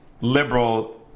liberal